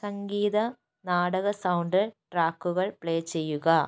സംഗീത നാടക സൗണ്ട് ട്രാക്കുകൾ പ്ലേ ചെയ്യുക